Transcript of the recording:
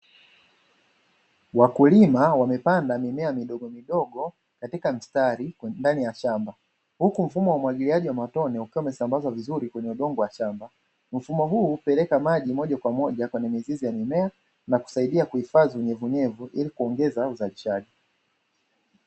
Wakulima wamepanda mimea midogomidogo katika mstari ndani ya shamba, huku mfumo wa umwagiliaji wa matone ukiwa umesambazwa vizuri kwenye udongo wa shamba. Mfumo huu hupeleka maji moja kwa moja kwenye mizizi ya mimea na kusaidia kuhifadhi unyevunyevu ili kuongeza uzalishaji.